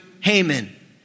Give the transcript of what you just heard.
Haman